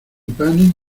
panes